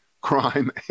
crime